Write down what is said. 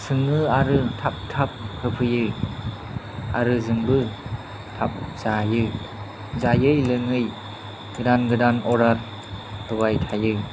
सोङो आरो थाब थाब होफैयो आरो जोंबो थाब जायो जायै लोङै गोदान गोदान अर्डार होबाय थायो